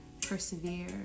persevere